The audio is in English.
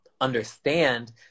understand